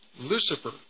Lucifer